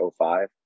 05